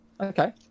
Okay